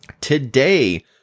Today